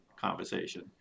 conversation